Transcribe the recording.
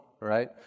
right